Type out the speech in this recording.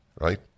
Right